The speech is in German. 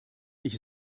ich